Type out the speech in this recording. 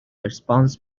response